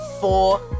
four